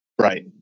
right